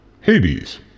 Hades